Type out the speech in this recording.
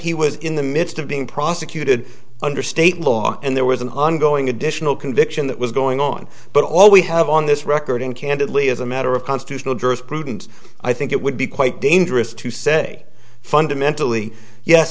he was in the midst of being prosecuted under state law and there was an ongoing additional conviction that was going on but all we have on this record and candidly as a matter of constitutional jurisprudence i think it would be quite dangerous to say fundamentally yes